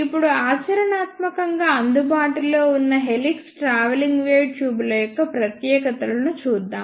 ఇప్పుడు ఆచరణాత్మకంగా అందుబాటులో ఉన్న హెలిక్స్ ట్రావెలింగ్ వేవ్ ట్యూబ్ల యొక్క ప్రత్యేకతలను చూద్దాము